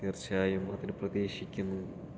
തീർച്ചയായും അതിന് പ്രതീക്ഷിക്കുന്നു